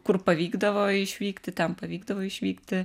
kur pavykdavo išvykti ten pavykdavo išvykti